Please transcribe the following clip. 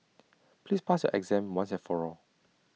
please pass your exam once and for all